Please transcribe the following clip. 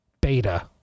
beta